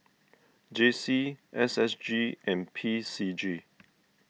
J C S S G and P C G